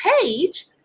page